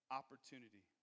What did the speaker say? opportunity